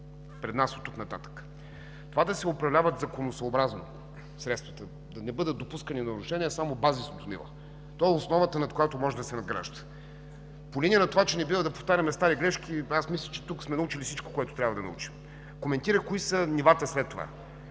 пред нас оттук нататък. Това да се управляват законосъобразно средствата, да не бъдат допускани нарушения, е само базисното ниво. То е основата, над която може да се надгражда. По линия на това, че не бива да повтаряме стари грешки, мисля, че тук сме научили всичко, което трябва да научим. Коментирах кои са нивата след това.